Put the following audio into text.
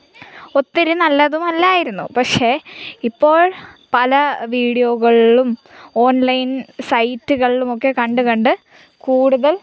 ഒത്തിരി നല്ലതും അല്ലായിരുന്നു പക്ഷേ ഇപ്പോൾ പല വീഡിയോകളിലും ഓൺലൈൻ സൈറ്റ്കളിലുമൊക്കെ കണ്ട് കണ്ട് കൂടുതൽ